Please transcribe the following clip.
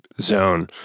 zone